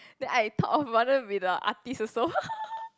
then I thought of wanna be the artist also